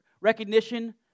recognition